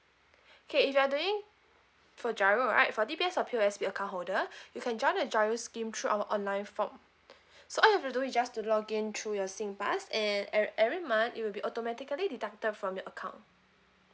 okay if you are doing for G_I_R_O right for D_B_S or P_O_S_B account holder you can join the G_I_R_O scheme through our online form so all you have to do is just to login through your S pass and at every month it will be automatically deducted from your account